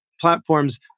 platforms